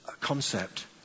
concept